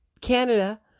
Canada